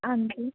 ਹਾਂਜੀ